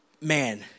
man